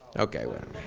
okay, whatever.